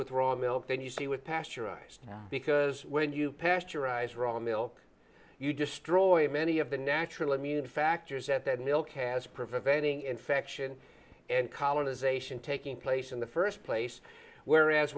with raw milk then you see with pasteurised because when you pasteurize raw milk you destroy many of the natural immunity factors that that milk has preventing infection and colonization taking place in the first place whereas